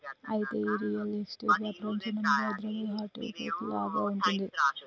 అయితే ఈ real estate వ్యాపారానికి చిరునామాగా హైదరాబాదు హార్ట్ కేక్ లాగా ఉంటుంది